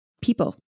people